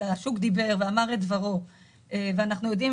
אלא השוק דיבר ואמר את דברו ואנחנו יודעים